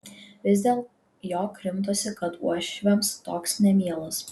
vis dėl jo krimtosi kad uošviams toks nemielas